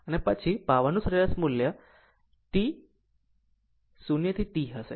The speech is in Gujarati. અને તે પછી પાવરનું સરેરાશ મૂલ્ય upon T 0 to T હશે